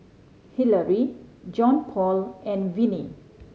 Hillary Johnpaul and Vennie